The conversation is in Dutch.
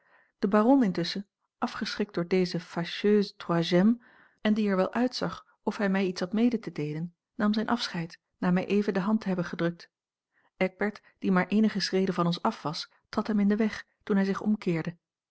de baron intusschen afgeschrikt door deze fâcheuse troisième en die er wel uitzag of hij mij iets had mede te deelen nam zijn afscheid na mij even de hand te hebben gedrukt eckbert die maar eenige schreden van ons af was trad hem in den weg toen hij zich omkeerde